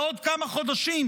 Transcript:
בעוד כמה חודשים,